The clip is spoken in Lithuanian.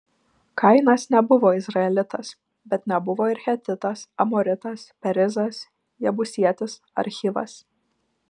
kainas nebuvo izraelitas bet nebuvo ir hetitas amoritas perizas jebusietis ar hivas